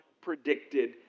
predicted